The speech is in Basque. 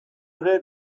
ere